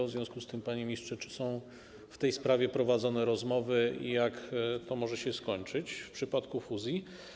W związku z tym, panie ministrze, czy są w tej sprawie prowadzone rozmowy i jak to może się skończyć w przypadku fuzji?